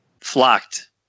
Flocked